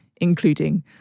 including